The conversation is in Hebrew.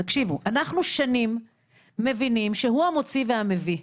אנחנו שנים מבינים שהוא המוציא והמביא.